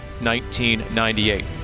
1998